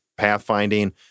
pathfinding